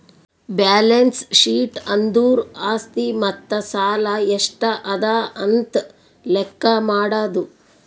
balance sheet ಅಂದುರ್ ಆಸ್ತಿ ಮತ್ತ ಸಾಲ ಎಷ್ಟ ಅದಾ ಅಂತ್ ಲೆಕ್ಕಾ ಮಾಡದು